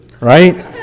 right